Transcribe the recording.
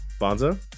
Bonzo